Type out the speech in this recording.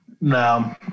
No